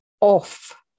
off